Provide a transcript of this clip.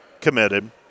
committed